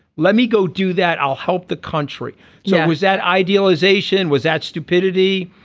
let me go do that. i'll help the country. so was that idealization was at stupidity.